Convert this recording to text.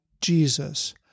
Jesus